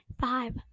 five